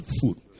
food